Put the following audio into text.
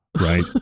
right